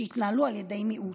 שהתנהלו על ידי מיעוט.